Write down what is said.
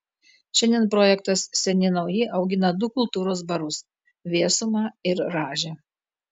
šiandien projektas seni nauji augina du kultūros barus vėsumą ir rąžę